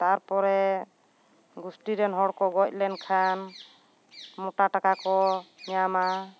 ᱛᱟᱨᱯᱚᱨᱮ ᱜᱳᱥᱴᱤ ᱨᱮᱱ ᱦᱚᱲ ᱠᱚ ᱜᱚᱡ ᱞᱮᱱ ᱠᱷᱟᱱ ᱢᱚᱴᱟ ᱴᱟᱠᱟ ᱠᱚ ᱧᱟᱢᱟ